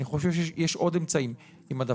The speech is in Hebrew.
אמר פה בני קלר ודיבר על עבודות מועדפות,